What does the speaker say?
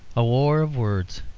a war of words.